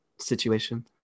situation